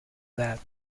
that